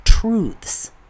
Truths